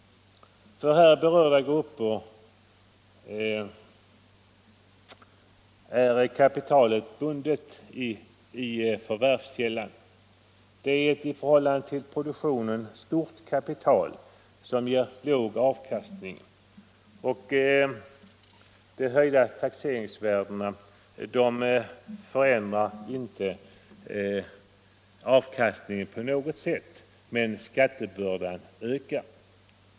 För här berörda grupper är kapitalet bundet i förvärvskällan. Det är ett i förhållande till produktionen stort kapital som ger låg avkastning, och de höjda taxeringsvärdena förändrar inte avkastningen på något sätt, men skattebördan ökar.